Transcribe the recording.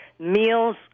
meals